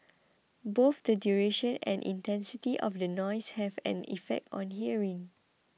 both the duration and intensity of the noise have an effect on hearing